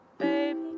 Baby